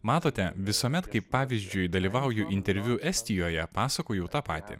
matote visuomet kai pavyzdžiui dalyvauju interviu estijoje pasakoju tą patį